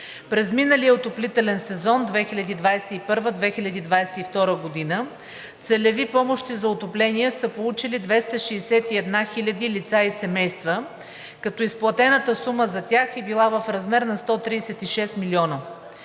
През миналия отоплителен сезон 2021 – 2022 г. целеви помощи за отопление са получили 261 хиляди лица и семейства, като изплатената сума за тях е била в размер на 136 милиона.